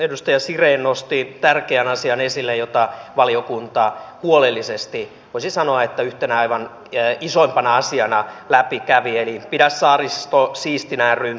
edustaja siren nosti tärkeän asian esille jota valiokunta huolellisesti voisi sanoa että yhtenä aivan isoimpana asiana läpi kävi eli pidä saaristo siistinä ryn toiminnan